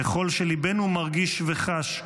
ככל שליבנו מרגיש וחש,